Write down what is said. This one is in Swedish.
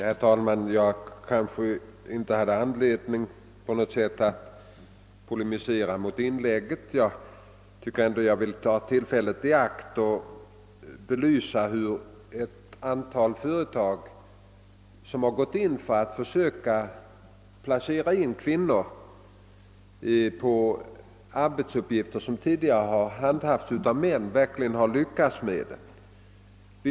Herr talman! Jag har inte på något sätt anledning att polemisera mot det föregående inlägget. Jag vill emellertid ändå ta tillfället i akt att belysa hur ett antal företag, som gått in för att försöka placera in kvinnor på arbetsuppgifter vilka tidigare handhafts av män, verkligen har lyckats med detta.